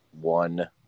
one